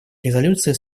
резолюции